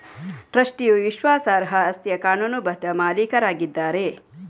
ಟ್ರಸ್ಟಿಯು ವಿಶ್ವಾಸಾರ್ಹ ಆಸ್ತಿಯ ಕಾನೂನುಬದ್ಧ ಮಾಲೀಕರಾಗಿದ್ದಾರೆ